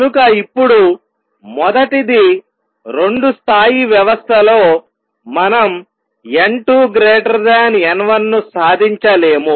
కనుక ఇప్పుడు మొదటిది రెండు స్థాయి వ్యవస్థలో మనం n2 n1 ను సాధించలేము